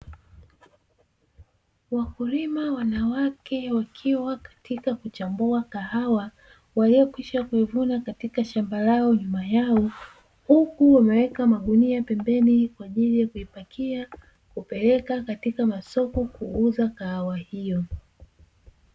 Wakulima wanawake wakiwa katika kuchambua kahawa waliyokwisha kuivuna katika shamba lao nyuma yao, huku wameweka magunia pembeni kwa ajili ya kupakia, kupelekwa katika masoko kuuza kahawa hiyo.